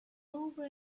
over